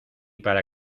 para